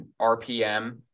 rpm